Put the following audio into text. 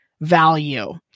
value